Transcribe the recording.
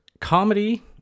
comedy